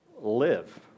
live